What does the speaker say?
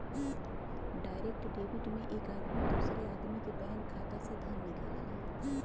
direct debit में एक आदमी दूसरे आदमी के बैंक खाता से धन निकालला